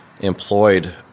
employed